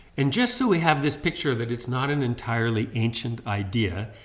and just so we have this picture that it's not an entirely ancient idea,